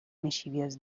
mischievous